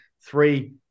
three